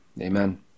Amen